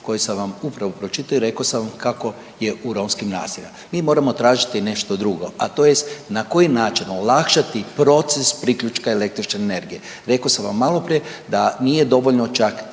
koje sam vam upravo pročitao i rekao sam kako je u romskim naseljima. Mi moramo tražiti nešto drugo, a tj. na koji način olakšati proces priključka električne energije. Rekao sam vam maloprije da nije dovoljno čak